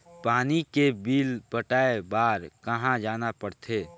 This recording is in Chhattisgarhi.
पानी के बिल पटाय बार कहा जाना पड़थे?